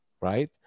right